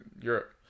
Europe